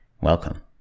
Welcome